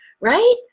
right